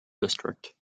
district